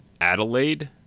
Adelaide